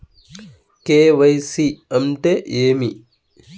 KYC అంటే ఏమి?